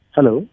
Hello